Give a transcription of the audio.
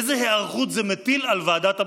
איזו היערכות זה מטיל על ועדת הבחירות?